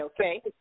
okay